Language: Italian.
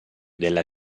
della